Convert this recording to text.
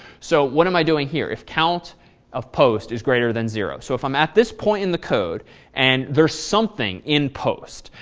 so, what am i doing here if count of post is greater than zero? so if i'm at this point in the code and there's something in post,